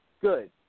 good